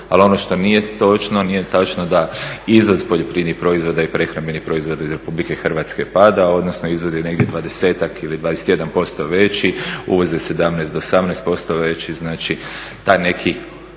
Ali ono što nije točno, nije tačno da iznos poljoprivrednih proizvoda i prehrambenih proizvoda iz Republike Hrvatske pada, odnosno izvoz je negdje dvadesetak ili 21% veći uz 17 do 18% veći. Znači, taj neki